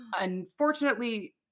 Unfortunately